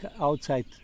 outside